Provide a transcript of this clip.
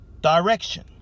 direction